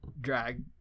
drag